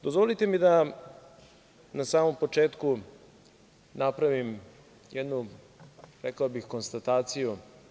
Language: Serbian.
Dozvolite mi da na samom početku napravim jednu konstataciju.